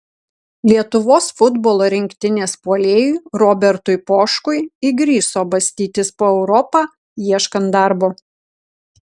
lietuvos futbolo rinktinės puolėjui robertui poškui įgriso bastytis po europą ieškant darbo